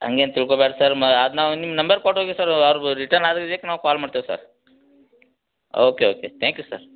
ಹಂಗೇನು ತಿಳ್ಕೋಬೇಡ್ರ್ ಸರ್ ಮಾ ಅದು ನಾವು ನಿಮ್ಮ ನಂಬರ್ ಕೊಟ್ಟು ಹೋಗಿ ಸರ್ ಅವ್ರ್ಗೆ ರಿಟನ್ ಆಗಿದಕ್ ನಾವು ಕಾಲ್ ಮಾಡ್ತೇವೆ sir okay okay thank you sir